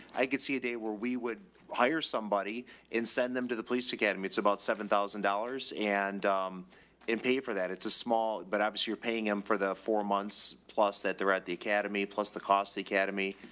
i could see a day where we would hire somebody and send them to the police academy. it's about seven thousand dollars and and pay for that. it's a small, but obviously you're paying them for the four months plus that they're at the academy plus the costs, the academy.